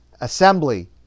assembly